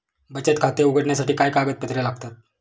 बचत खाते उघडण्यासाठी काय कागदपत्रे लागतात?